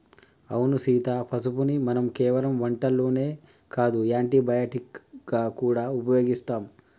అవును సీత పసుపుని మనం కేవలం వంటల్లోనే కాదు యాంటీ బయటిక్ గా గూడా ఉపయోగిస్తాం